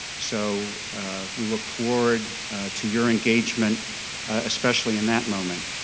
so we look forward to your engagement especially in that moment.